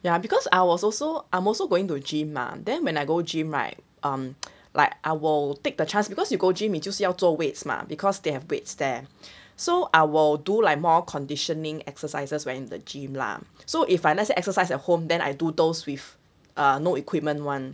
ya because I was also I'm also going to gym mah then when I go gym right um like I will take the chance because you go gym 就是要做 weights mah because they have weights there so I will do like more conditioning exercises when in the gym lah so if I let's say exercise at home then I do those with uh no equipment one